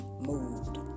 moved